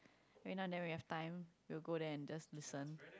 right now then if we have time we will go there and just listen